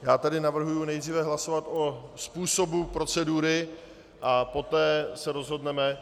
Já tedy navrhuji nejdříve hlasovat o způsobu procedury a poté se rozhodneme.